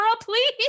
please